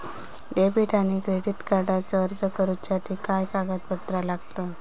Debit आणि credit कार्डचो अर्ज करुच्यासाठी काय कागदपत्र लागतत?